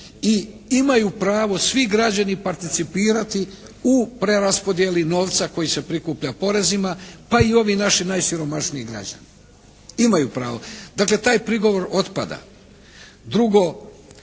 i imaju pravo svi građani participirati u preraspodjeli novca koji se prikuplja porezima pa i ovi naši najsiromašniji građani imaju pravo. Dakle, taj prigovor otpada. Drugo,